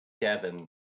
Devin